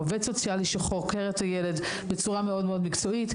עובד סוציאלי שחוקר את הילד בצורה מאוד מקצועית.